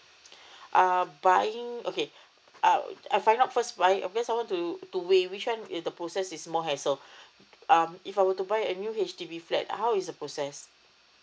uh buying okay uh I find out first buy~ because I want to to weigh which one is the process is more hassle um if I were to buy a new H_D_B flat uh how is the process